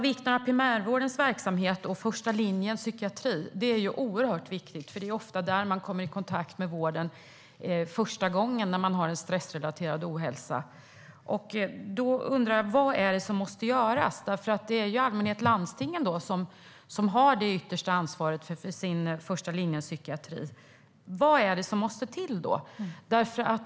Visst är primärvårdens verksamhet och första linjens psykiatri oerhört viktig, för det är ofta där man kommer i kontakt med vården första gången, när man har stressrelaterad ohälsa. Då undrar jag vad som måste göras. Det är i allmänhet landstingen som har det yttersta ansvaret för första linjens psykiatri. Vad är det som måste till?